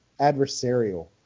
adversarial